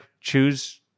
choose